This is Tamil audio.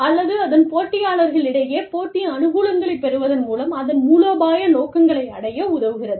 அல்லது அதன் போட்டியாளர்களிடையே போட்டி அனுகூலங்களைப் பெறுவதன் மூலம் அதன் மூலோபாய நோக்கங்களை அடைய உதவுகிறது